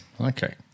Okay